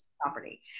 property